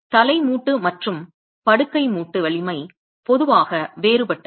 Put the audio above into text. தலை மூட்டு மற்றும் படுக்கை மூட்டு வலிமை பொதுவாக வேறுபட்டது